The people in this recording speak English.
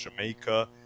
Jamaica